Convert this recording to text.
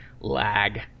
lag